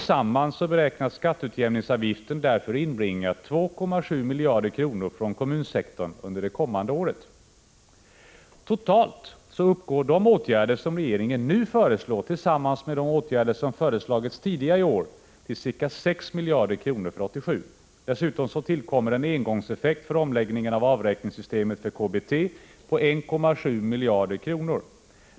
Sammantaget beräknas skatteutjämningsavgiften därför inbringa 2,7 miljarder kronor från kom 15 munsektorn under det kommande året. Totalt uppgår de åtgärder som regeringen nu föreslår, tillsammans med de åtgärder som föreslagits tidigare i år, till ca 6 miljarder kronor för 1987. Dessutom tillkommer en engångseffekt för omläggningen av avräkningssystemet för KBT på 1,7 miljarder kronor.